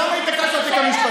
אז למה התעקשנו על התיק המשפטי,